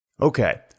Okay